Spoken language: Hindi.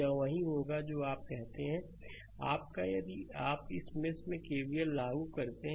यह वही होगा जो आप कहते हैं कि आपका यदि आप इस मेष में केवीएल लागू करते हैं